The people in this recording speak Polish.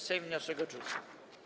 Sejm wniosek odrzucił.